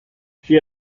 she